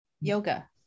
yoga